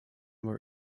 were